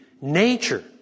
nature